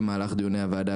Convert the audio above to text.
במהלך דיוני הוועדה,